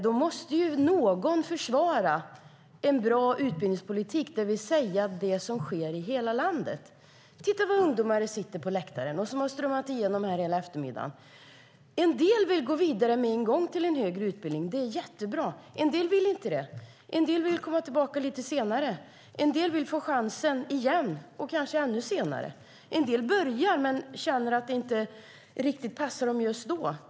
Då måste ju någon försvara en bra utbildningspolitik, det vill säga det som sker i hela landet. Titta vad ungdomar det sitter på läktaren! De har strömmat igenom här hela eftermiddagen. En del vill gå vidare med en gång till en högre utbildning - det är jättebra. En del vill inte det. En del vill komma tillbaka lite senare. En del vill få chansen igen och kanske ännu senare. En del börjar men känner att det inte riktigt passar dem just då.